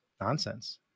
nonsense